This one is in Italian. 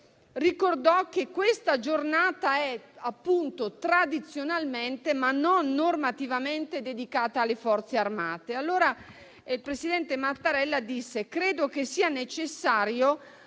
ricordò che questa giornata è tradizionalmente, ma non normativamente, dedicata alle Forze armate. Il presidente Mattarella disse: «credo che sia necessario